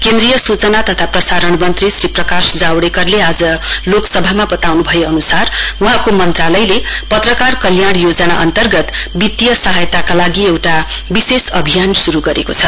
केन्द्रीय सूचना तथा प्रसारण मन्त्री श्री प्रकाश जावेदकरले आज लोकसमभामा बताउन् भए अनुसार वहाँको मन्त्रालयले पत्रकार कल्याण योजना अन्तर्गत वित्तीय सहायताका लागि एउटा विशेष अभियान शुरु गरेको छ